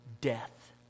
death